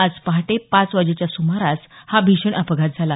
आज पहाटे पाच वाजेच्या सुमारास हा भीषण अपघात झाला